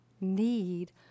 need